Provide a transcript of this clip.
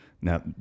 Now